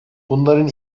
bunların